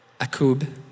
Akub